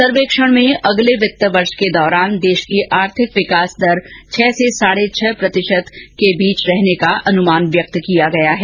सर्वेक्षण में अगले वित्त वर्ष के दौरान देश की आर्थिक विकास दर छह से साढे छह प्रतिशत के बीच रहने का अनुमान व्यक्त किया गया है